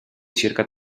circa